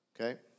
Okay